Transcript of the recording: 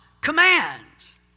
commands